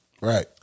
Right